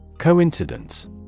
Coincidence